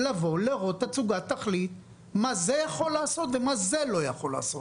לבוא ולראות תצוגת תכלית מה זה יכול לעשות ומה זה לא יכול לעשות.